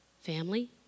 family